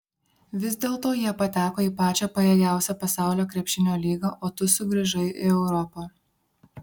vis dėlto jie pateko į pačią pajėgiausią pasaulio krepšinio lygą o tu sugrįžai į europą